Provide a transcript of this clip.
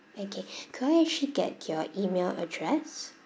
okay could I actually get your email address